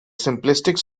simplistic